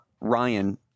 Ryan